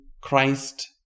Christ